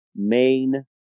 main